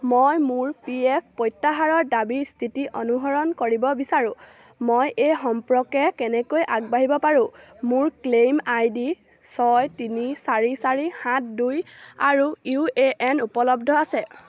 মই মোৰ P F প্ৰত্যাহাৰৰ দাবীৰ স্থিতি অনুসৰণ কৰিব বিচাৰোঁ মই এই সম্পৰ্কে কেনেকৈ আগবাঢ়িব পাৰোঁ মোৰ ক্লেইম আই ডি ছয় তিনি চাৰি চাৰি সাত দুই আৰু ইউ এ এন উপলব্ধ আছে